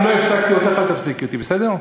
אני לא הפסקתי אותך, אל תפסיקי אותי, בסדר?